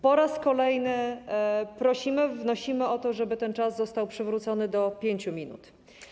Po raz kolejny prosimy, wnosimy o to, żeby ten czas został przywrócony i wynosił 5 minut.